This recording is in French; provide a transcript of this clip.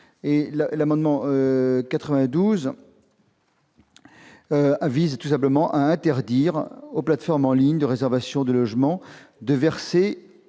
quant à lui, tend à interdire aux plateformes en ligne de réservation de logements de verser